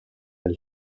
elle